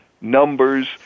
numbers